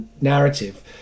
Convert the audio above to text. narrative